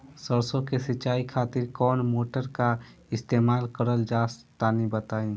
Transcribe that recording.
सरसो के सिंचाई खातिर कौन मोटर का इस्तेमाल करल जाला तनि बताई?